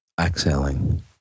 exhaling